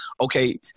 okay